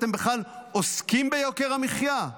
אתם בכלל עוסקים ביוקר המחיה?